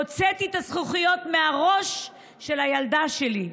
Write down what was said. הוצאתי את הזכוכיות מהראש של הילדה שלי.